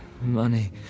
money